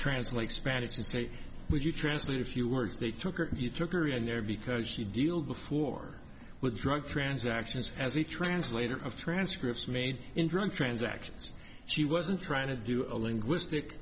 translate spanish to say would you translate a few words they took or you took her in there because she deal before with drug transactions as a translator of transcripts made in drug transactions she wasn't trying to do a linguistic